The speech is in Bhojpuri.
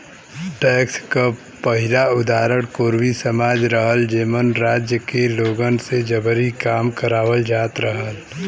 टैक्स क पहिला उदाहरण कोरवी समाज रहल जेमन राज्य के लोगन से जबरी काम करावल जात रहल